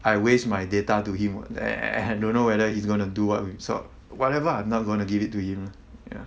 I waste my data to him and I don't know whether he's going to do what with it so whatever I'm not going to give it to you